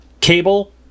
Cable